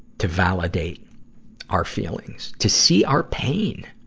to validate our feelings. to see our pain.